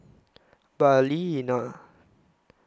Balina